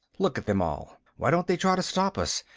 look at them all. why don't they try to stop us?